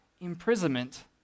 imprisonment